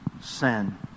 sin